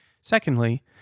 Secondly